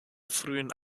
frühen